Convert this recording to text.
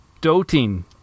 doting